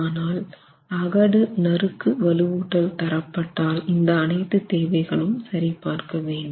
ஆனால் அகடு நறுக்கு வலுவூட்டல் தரப்பட்டால் இந்த அனைத்து தேவைகள் சரிபார்க்க வேண்டும்